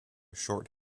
short